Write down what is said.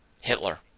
Hitler